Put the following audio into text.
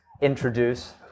introduce